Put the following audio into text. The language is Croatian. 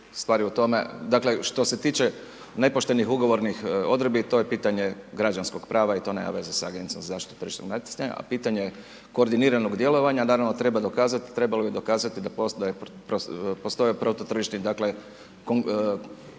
stvar je dakle što se tiče nepoštenih ugovornih odredbi, to je pitanje građanskog prava i to nema veze sa Agencijom za zaštitu tržišnog natjecanja a pitanje je koordiniranog djelovanja, .../Govornik se ne razumije./... trebalo bi dokazati da postoje protutržišni